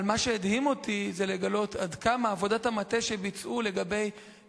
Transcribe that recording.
אבל מה שהדהים אותי זה לגלות עד כמה עבודת המטה שביצעו לגבי